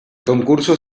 concurso